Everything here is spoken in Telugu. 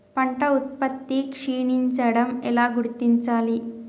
పంట ఉత్పత్తి క్షీణించడం ఎలా గుర్తించాలి?